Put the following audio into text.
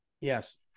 Yes